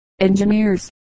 Engineers